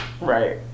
Right